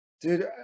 Dude